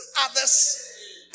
others